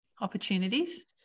opportunities